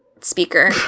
speaker